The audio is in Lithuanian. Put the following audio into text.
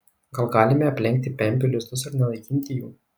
gal galime aplenkti pempių lizdus ir nenaikinti jų